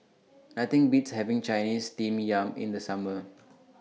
Nothing Beats having Chinese Steamed Yam in The Summer